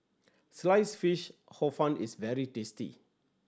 Sliced Fish Hor Fun is very tasty